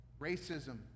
Racism